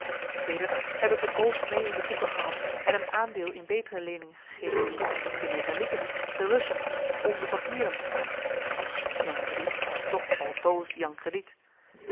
sedert heb ik een oog meê in de boeken gehad en hem aandeel in betere leeningen gegeven de metallieken de russen onze papieren jan crediet blijft toch altoos jan crediet